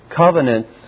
covenants